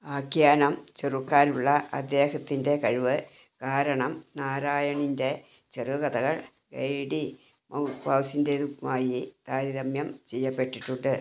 ആഖ്യാനം ചെറുക്കാനുള്ള അദ്ദേഹത്തിൻ്റെ കഴിവ് കാരണം നാരായണിൻ്റെ ചെറുകഥകൾ ഗൈ ഡി മൗപാസിൻ്റേതുമായി താരതമ്യം ചെയ്യപ്പെട്ടിട്ടുണ്ട്